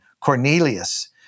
Cornelius